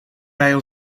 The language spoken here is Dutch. wij